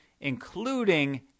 including